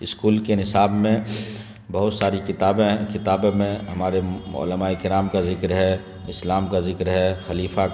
school کے نصاب میں بہت ساری کتابیں کتابیں میں ہمارے علماء کرام کا ذکر ہے اسلام کا ذکر ہے خلیفہ